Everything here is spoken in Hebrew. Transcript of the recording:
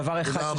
דבר אחד.